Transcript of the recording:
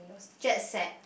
jet set